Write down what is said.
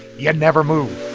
yeah never move